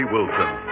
Wilson